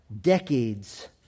decades